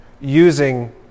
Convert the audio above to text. using